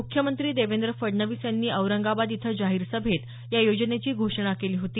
मुख्यमंत्री देवेंद्र फडणवीस यांनी औरंगाबाद इथं जाहीर सभेत या योजनेची घोषणा केली होती